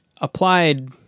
applied